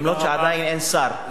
אף שעדיין אין שר,